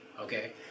okay